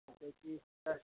है